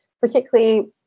particularly